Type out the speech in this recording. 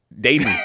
dating